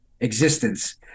existence